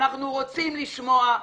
אנחנו רוצים לשמוע,